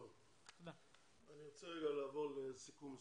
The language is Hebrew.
אני רוצה לעבור לסיכום מסוים.